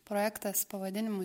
projektas pavadinimu